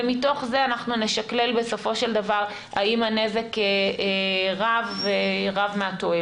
ומתוך זה נשקלל בסופו של דבר האם הנזק רב מהתועלת.